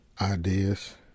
Ideas